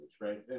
right